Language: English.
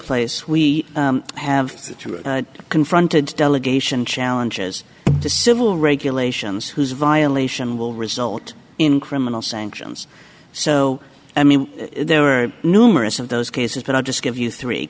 place we have confronted delegation challenges to civil regulations whose violation will result in criminal sanctions so i mean there are numerous of those cases but i'll just give you three